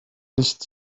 nicht